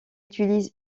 utilise